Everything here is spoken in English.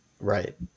Right